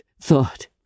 thought